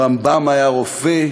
הרמב"ם היה רופא,